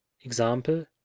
example